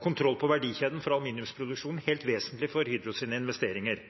kontroll på verdikjeden fra aluminiumsproduksjon er helt vesentlig for Hydros investeringer.